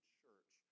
church